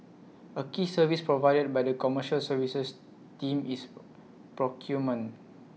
A key service provided by the commercial services team is procurement